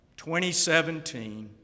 2017